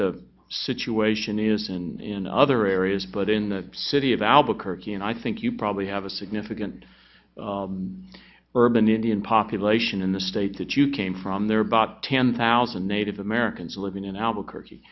the situation is in other areas but in the city of albuquerque and i think you probably have a significant urban indian population in the state that you came from there about ten thousand native americans living in albuquerque